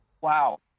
Wow